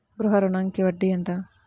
గృహ ఋణంకి వడ్డీ ఎంత?